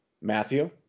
Matthew